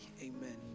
Amen